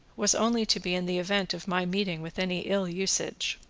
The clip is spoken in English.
was only to be in the event of my meeting with any ill usage.